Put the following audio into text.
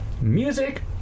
music